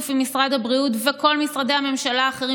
עם משרד הבריאות וכל משרדי הממשלה האחרים,